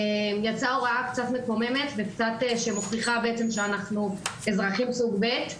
יצאה הוראה קצת מקוממת ושמוכיחה שאנחנו אזרחים סוג ב'.